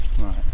Right